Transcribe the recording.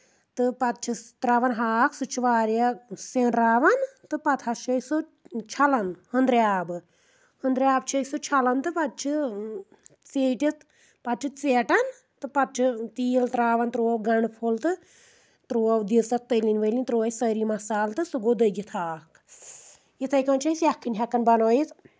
تہٕ پَتہٕ چھِس ترٛاوَان ہاکھ سُہ چھُ واریاہ سیٚنراوَان تہٕ پَتہٕ حظ چھُ أسۍ سُہ چھَلَان ہُندرِ آبہٕ ہُندرِآبہٕ چھُ أسۍ سُہ چھَلَان تہٕ پَتہٕ چھِ ژیٖٹِتھ پَتہٕ چھِ ژیٹَان تہٕ پَتہٕ چھِ تیٖل ترٛاوَان ترٛوو گنٛڈٕ پھوٚل تہٕ ترٛوو دِژ اَتھ تٔلنُۍ ؤلِنۍ ترٛوو أسۍ سٲری مَسالہٕ تہٕ سُہ گوٚو دٔگِتھ ہاکھ یِتھٕے کٔنۍ چھِ أسۍ یَکھٕنۍ ہؠکَان بَنٲیِتھ